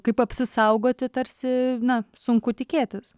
kaip apsisaugoti tarsi na sunku tikėtis